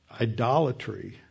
idolatry